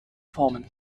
formen